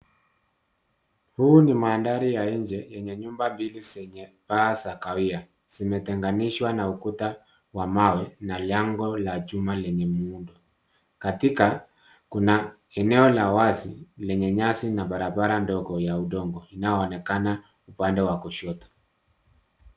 Huu ni mandhari ya nje yenye nyumba mbili zenye paa za kahawia. Zimetenganishwa na ukuta wa mawe na lango la chuma lenye muundo. Katika kuna eneo la wazi lenye nyasi na barabara ndogo ya udongo inayoonekana upande wa kushoto.